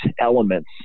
elements